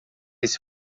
esse